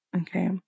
Okay